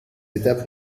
étapes